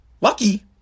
Lucky